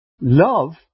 Love